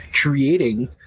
creating